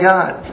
God